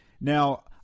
Now